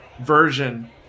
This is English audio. version